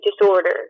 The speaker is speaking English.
disorder